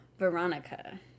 veronica